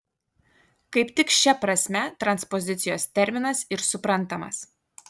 kaip tik šia prasme transpozicijos terminas ir suprantamas